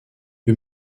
wir